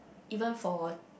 even for